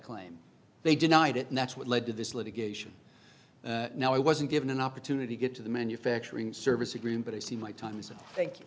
claim they denied it and that's what led to this litigation now i wasn't given an opportunity to get to the manufacturing service a green but i see my time as